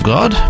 God